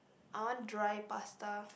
I want dry pasta